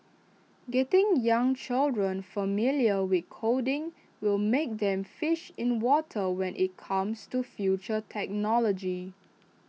getting young children familiar with coding will make them fish in water when IT comes to future technology